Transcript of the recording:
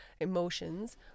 emotions